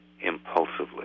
impulsively